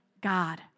God